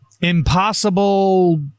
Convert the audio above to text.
Impossible